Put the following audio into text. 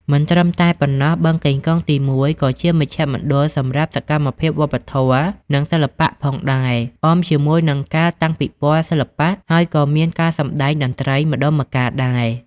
មិនត្រឹមតែប៉ុណ្ណោះ បឹងកេងកងទី១ក៏ជាមជ្ឈមណ្ឌលសម្រាប់សកម្មភាពវប្បធម៌ និងសិល្បៈផងដែរ អមជាមួយនឹងការតាំងពិពណ៌សិល្បៈ ហើយក៏មានការសម្តែងតន្ត្រីម្តងម្កាលដែរ។